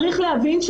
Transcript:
צריך להבין,